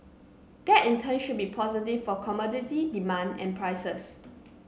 that in turn should be positive for commodity demand and prices